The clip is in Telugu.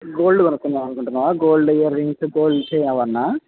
గోల్డ్ కొన్నుకుందాం అనుకుంటున్నావా gold earrings gold chain అవన్నా